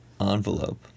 envelope